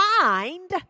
mind